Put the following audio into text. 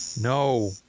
No